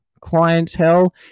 clientele